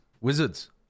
Wizards